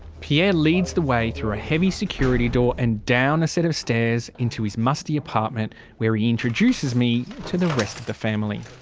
pierre leads the way through a heavy security door and down a set of stairs, into his musty apartment where he introduces me to the rest of the family.